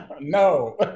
No